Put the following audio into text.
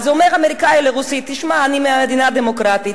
אומר האמריקני לרוסי: אני ממדינה דמוקרטית,